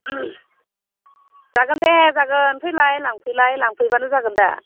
जागोन दे जागोन फैलाय लांफैलाय लांफैबानो जागोन दे